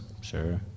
Sure